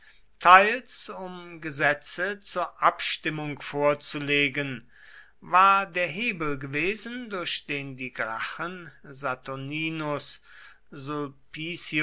teils um gesetze zur abstimmung vorzulegen war der hebel gewesen durch den die gracchen saturninus